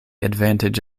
advantage